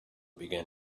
began